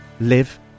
live